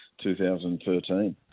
2013